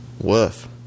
Woof